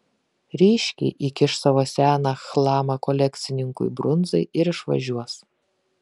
ryškiai įkiš savo seną chlamą kolekcininkui brunzai ir išvažiuos